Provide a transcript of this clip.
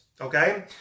okay